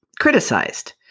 criticized